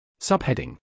Subheading